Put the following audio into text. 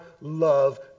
love